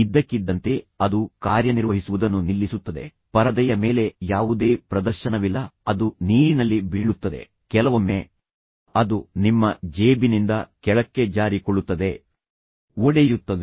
ಇದ್ದಕ್ಕಿದ್ದಂತೆ ಅದು ಕಾರ್ಯನಿರ್ವಹಿಸುವುದನ್ನು ನಿಲ್ಲಿಸುತ್ತದೆ ಪರದೆಯ ಮೇಲೆ ಯಾವುದೇ ಪ್ರದರ್ಶನವಿಲ್ಲ ಅದು ನೀರಿನಲ್ಲಿ ಬೀಳುತ್ತದೆ ಕೆಲವೊಮ್ಮೆ ಅದು ನಿಮ್ಮ ಜೇಬಿನಿಂದ ಕೆಳಕ್ಕೆ ಜಾರಿಕೊಳ್ಳುತ್ತದೆ ಒಡೆಯುತ್ತದೆ